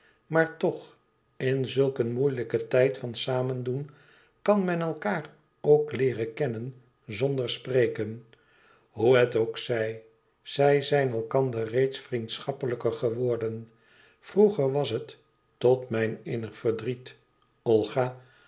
maar toch in zulk een moeilijken tijd van samendoen kan men elkaâr ook leeren kennen znder spreken hoe het ook zij zij zijn elkander reeds vriendschappelijker geworden vroeger was het tot mijn innig verdriet olga